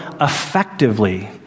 effectively